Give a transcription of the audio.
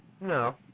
No